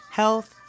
health